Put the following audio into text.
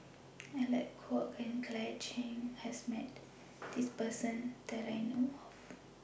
Alec Kuok and Claire Chiang has Met This Person that I know of